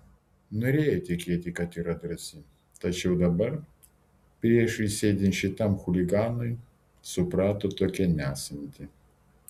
norėjo tikėti kad yra drąsi tačiau dabar priešais sėdint šitam chuliganui suprato tokia nesanti